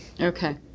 Okay